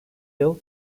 yıl